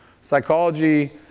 Psychology